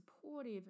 supportive